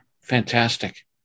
fantastic